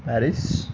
Paris